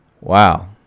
Wow